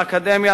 האקדמיה,